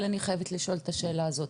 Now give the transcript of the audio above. אבל אני חייבת לשאול את השאלה הזאתי,